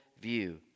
view